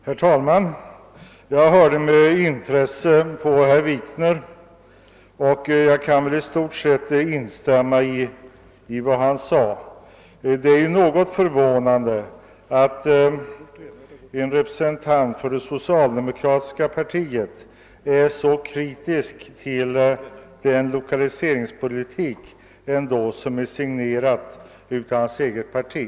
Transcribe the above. Herr talman! Jag hörde med intres se på herr Wikner, och jag kan i stort instämma i vad han sade. Det är ju något förvånande att en representant för det socialdemokratiska partiet är så kritisk till den lokaliseringspolitik som ändå är signerad av hans eget parti.